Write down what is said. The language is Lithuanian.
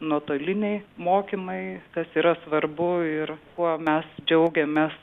nuotoliniai mokymai kas yra svarbu ir kuo mes džiaugiamės